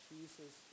Jesus